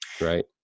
right